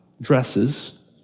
dresses